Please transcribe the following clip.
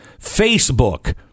Facebook